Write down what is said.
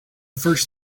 first